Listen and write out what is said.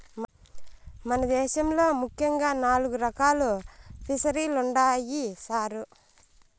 మన దేశంలో ముఖ్యంగా నాలుగు రకాలు ఫిసరీలుండాయి సారు